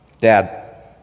Dad